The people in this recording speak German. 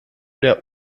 der